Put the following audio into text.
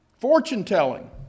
Fortune-telling